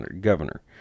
governor